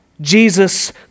Jesus